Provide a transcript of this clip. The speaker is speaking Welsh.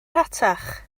rhatach